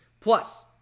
Plus